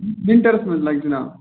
وِنٹرس مَنٛز لَگہِ جِناب